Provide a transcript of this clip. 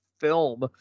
film